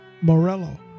Morello